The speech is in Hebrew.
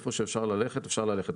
איפה שאפשר ללכת, אפשר ללכת.